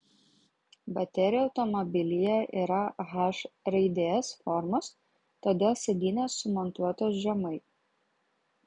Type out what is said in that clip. baterija automobilyje yra h raidės formos todėl sėdynės sumontuotos žemai